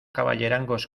caballerangos